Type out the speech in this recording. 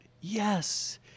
yes